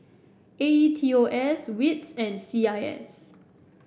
A E T O S WITS and C I S